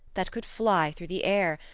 that could fly through the air,